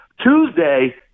Tuesday